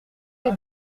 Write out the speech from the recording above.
les